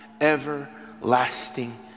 everlasting